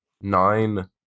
nine